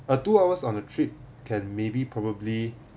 a two hours on a trip can maybe probably